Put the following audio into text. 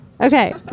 Okay